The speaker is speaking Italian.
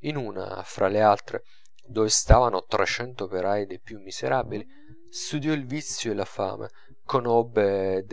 in una fra le altre dove stavano trecento operai dei più miserabili studiò il vizio e la fame conobbe